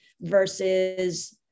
versus